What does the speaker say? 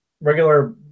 Regular